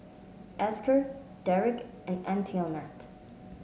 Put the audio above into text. Esker Derik and Antionette